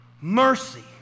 mercy